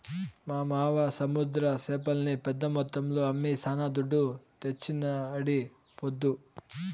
మా మావ సముద్ర చేపల్ని పెద్ద మొత్తంలో అమ్మి శానా దుడ్డు తెచ్చినాడీపొద్దు